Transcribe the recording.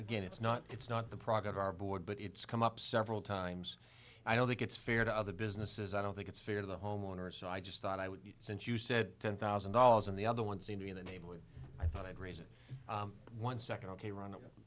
again it's not it's not the product of our board but it's come up several times i don't think it's fair to other businesses i don't think it's fair to the homeowner so i just thought i would since you said ten thousand dollars and the other one seem to be in the neighborhood i thought i'd raise it one second ok ron